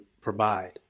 provide